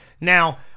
Now